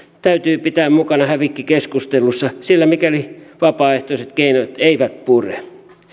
täytyy pitää mukana hävikkikeskustelussa mikäli vapaaehtoiset keinot eivät pure